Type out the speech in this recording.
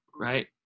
right